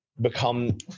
become